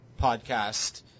podcast